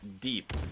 deep